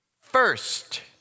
first